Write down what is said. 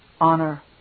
honor